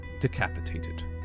decapitated